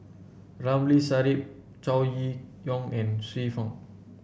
Ramli Sarip Chow Ye Yong and Xiu Fang